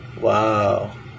wow